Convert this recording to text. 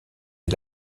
est